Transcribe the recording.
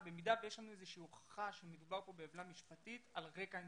יש לנו איזושהי הוכחה שמדובר כאן בעוולה משפטית על רקע אנטישמיות?